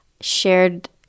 shared